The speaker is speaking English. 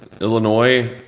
Illinois